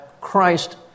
Christ